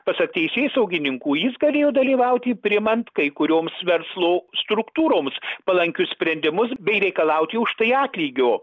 pasak teisėsaugininkų jis galėjo dalyvauti priimant kai kurioms verslo struktūroms palankius sprendimus bei reikalauti už tai atlygio